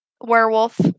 Werewolf